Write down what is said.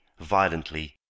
violently